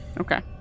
Okay